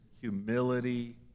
humility